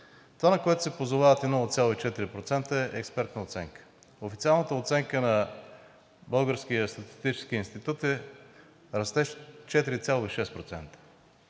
Това, на което се позовавате – 0,4%, е експертна оценка. Официалната оценка на българския Статистически институт е за растеж от 4,6%.